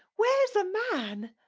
where's a man?